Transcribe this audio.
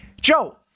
Joe